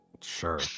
Sure